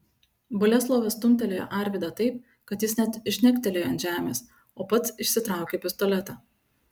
boleslovas stumtelėjo arvydą taip kad jis net žnektelėjo ant žemės o pats išsitraukė pistoletą